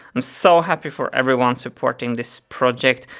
i'm so happy for everyone supporting this project.